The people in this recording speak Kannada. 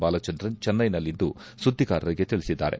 ಬಾಲಚಂದ್ರನ್ ಚೆನ್ನೈನಲ್ಲಿಂದು ಸುದ್ದಿಗಾರರಿಗೆ ತಿಳಿಸಿದ್ದಾರೆ